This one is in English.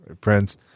Prince